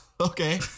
Okay